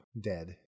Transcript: dead